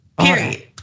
period